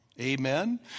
Amen